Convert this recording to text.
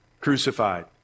crucified